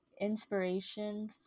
inspiration